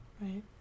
Right